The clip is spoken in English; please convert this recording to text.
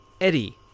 Eddie